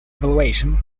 evaluation